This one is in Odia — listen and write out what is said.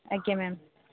ଆଜ୍ଞା ମ୍ୟାମ୍